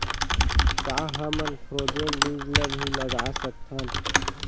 का हमन फ्रोजेन बीज ला भी लगा सकथन?